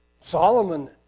Solomon